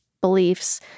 beliefs